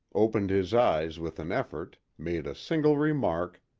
opened his eyes with an effort, made a single remark,